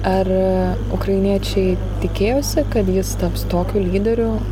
ar ukrainiečiai tikėjosi kad jis taps tokiu lyderiu